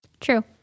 True